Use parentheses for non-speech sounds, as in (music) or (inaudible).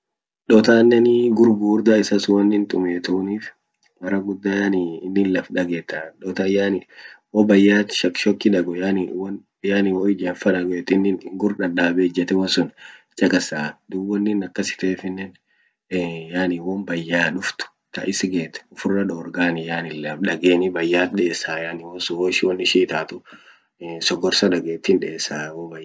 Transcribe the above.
Dotaneni gur gugurda isa sun wonin tumietunuf mara guda yani inin laf dagetaa dotan yani ho bayat shokshoki dago yani won yani ho ijemtfa daget inin gur dadabe ijette wonsun chaqasaa dub wonin akas itefinen (hesitation) yani won baya duft ta isget ufira dorgani yani laf dageni bayat desa yani wonsun hoishin won itatu sogorsa daget hindesa ho bayat dago.